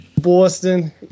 boston